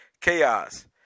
chaos